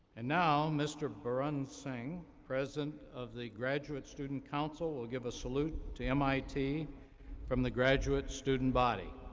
and now, mr. barun singh, president of the graduate student council will give a salute to mit from the graduate student body.